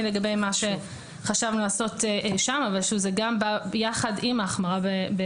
לגבי מה שחשבנו לעשות אבל כשזה גם בא יחד עם ההחמרה.